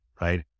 right